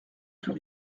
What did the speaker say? plus